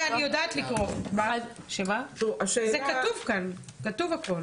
כתוב כאן הכול.